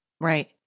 Right